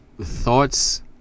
Thoughts